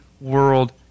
world